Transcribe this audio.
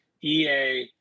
EA